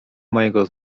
mojego